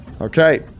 Okay